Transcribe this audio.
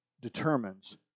determines